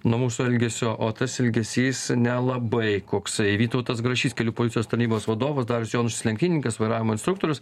nuo mūsų elgesio o tas ilgesys nelabai koksai vytautas grašys kelių policijos tarnybos vadovas darius jonušis lenktynininkas vairavimo instruktorius